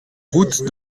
route